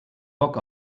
bock